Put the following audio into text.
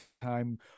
time